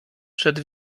przed